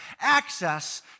access